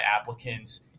applicants